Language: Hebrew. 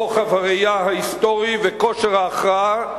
רוחב הראייה ההיסטורי וכושר ההכרעה,